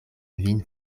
vin